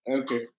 okay